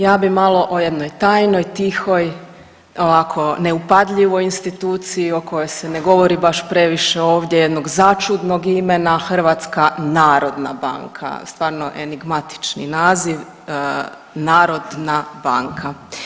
Ja bi malo o jednoj tajnoj, tihoj ovako neupadljivoj instituciji o kojoj se ne govori baš previše ovdje, jednog začudnog imena Hrvatska narodna banka, stvarno enigmatični naziv, narodna banka.